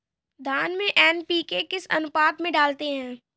धान में एन.पी.के किस अनुपात में डालते हैं?